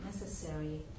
necessary